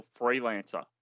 freelancer